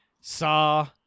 Saw